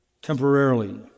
temporarily